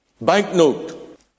banknote